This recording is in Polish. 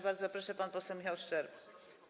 Bardzo proszę, pan poseł Michał Szczerba.